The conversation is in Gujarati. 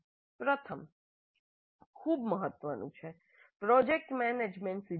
પ્રથમ ખૂબ મહત્વનું છે પ્રોજેક્ટ મેનેજમેન્ટ સિદ્ધાંતો